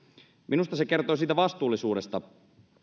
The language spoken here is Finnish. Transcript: minusta se kertoo siitä vastuullisuudesta